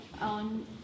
on